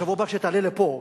בשבוע הבא כשתעלה לפה,